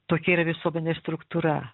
tokia yra visuomenės struktūra